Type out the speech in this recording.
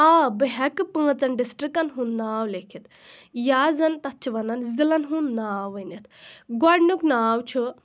آ بہٕ ہٮ۪کہٕ پانٛژَن ڈِسٹرکَن ہُنٛد ناو لیٖکھِتھ یا زَن تَتھ چھِ وَنان ضِلعن ہُنٛد ناو ؤنِتھ گۄڈٕنیُک ناو چھُ